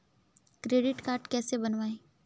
Credit card कैसे बनवाएँ?